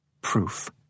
Proof